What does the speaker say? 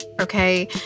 Okay